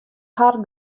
har